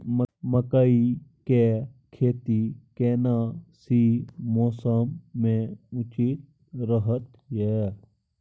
मकई के खेती केना सी मौसम मे उचित रहतय?